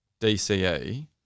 DCE